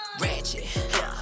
ratchet